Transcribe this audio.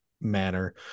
manner